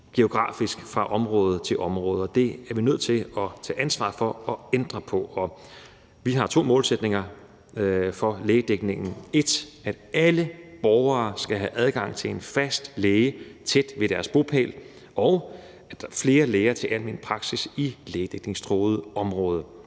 geografisk fra område til område. Det er vi nødt til at tage ansvar for at ændre på, og vi har to målsætninger for lægedækningen: 1) at alle borgere skal have adgang til en fast læge tæt ved deres bopæl, og 2) at der skal flere læger til almen praksis i lægedækningstruede områder.